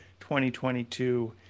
2022